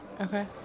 Okay